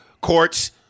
courts